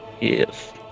Yes